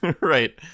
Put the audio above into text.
Right